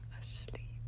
asleep